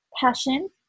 passion